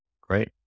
great